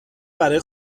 برای